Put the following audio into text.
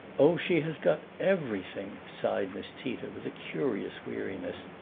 oh, she has got everything! sighed miss tita with a curious weariness,